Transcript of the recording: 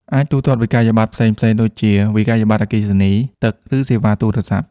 អាចទូទាត់វិក្កយបត្រ ផ្សេងៗដូចជា វិក្កយបត្រអគ្គិសនី ទឹក ឬសេវាទូរស័ព្ទ។